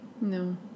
No